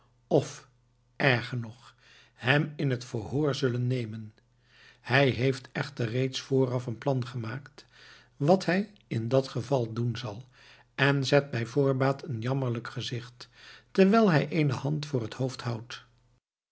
of erger nog hem in het verhoor zullen nemen hij heeft echter reeds vooraf een plan gemaakt wat hij in dat geval doen zal en zet bij voorbaat een jammerlijk gezicht terwijl hij eene hand voor het hoofd houdt